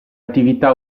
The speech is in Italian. attività